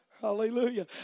Hallelujah